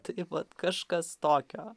tai vat kažkas tokio